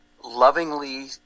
Lovingly